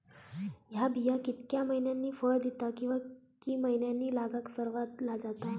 हया बिया कितक्या मैन्यानी फळ दिता कीवा की मैन्यानी लागाक सर्वात जाता?